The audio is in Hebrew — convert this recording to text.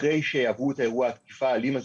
אחרי שעברו את אירוע התקיפה האלים הזה,